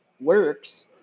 works